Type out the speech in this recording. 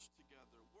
together